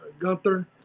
Gunther